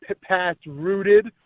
past-rooted